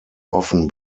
often